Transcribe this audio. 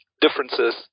differences